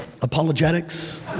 apologetics